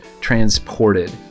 transported